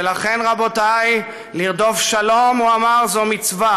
ולכן, רבותי, לרדוף שלום", הוא אמר, "זו מצווה.